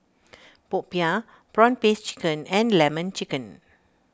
Popiah Prawn Paste Chicken and Lemon Chicken